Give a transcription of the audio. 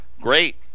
Great